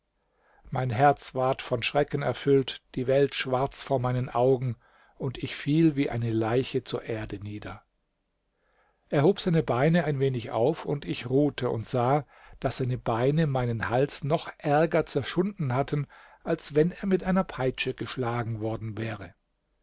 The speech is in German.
mein herz ward von schrecken erfüllt die welt schwarz vor meinen augen und ich fiel wie eine leiche zur erde nieder er hob seine beine ein wenig auf und ich ruhte und sah daß seine beine meinen hals noch ärger zerschunden hatten als wenn er mit einer peitsche geschlagen worden wäre